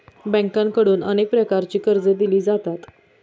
बँकांकडून अनेक प्रकारची कर्जे दिली जातात